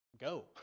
go